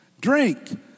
drink